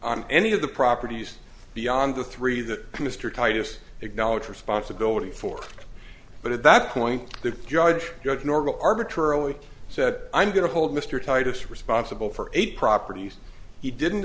on any of the properties beyond the three that mr titus acknowledged responsibility for but at that point the judge judge normal arbitrarily said i'm going to hold mr titus responsible for eight properties he didn't